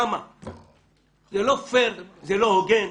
זה לא פייר, זה לא הוגן.